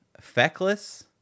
feckless